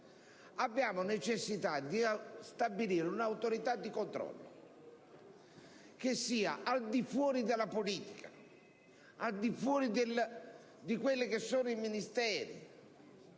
abbiamo necessità di stabilire un'Autorità di controllo che sia al di fuori della politica, al di fuori dei Ministeri: